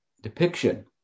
depiction